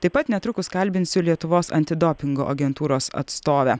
taip pat netrukus kalbinsiu lietuvos antidopingo agentūros atstovę